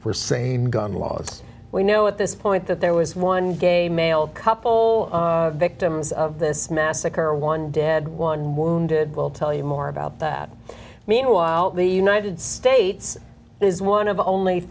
for same gun laws we know at this point that there was one gay male couple victims of this massacre one dead one more wounded d we'll tell you more about that meanwhile the united states is one of only